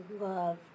love